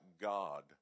God